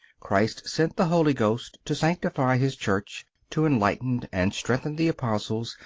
christ sent the holy ghost to sanctify his church, to enlighten and strengthen the apostles,